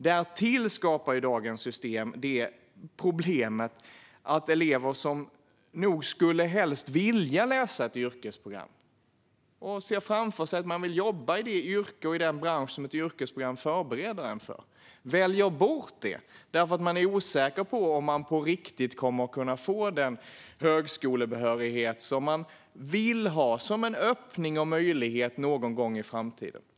Därtill skapar dagens system problemet att elever som nog helst skulle vilja läsa ett yrkesprogram och ser framför sig att de vill jobba i det yrke och i den bransch som ett yrkesprogram förbereder dem för väljer bort det därför att de är osäkra på om de på riktigt kommer att kunna få den högskolebehörighet som de vill ha som en öppning och en möjlighet någon gång i framtiden.